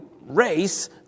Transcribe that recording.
race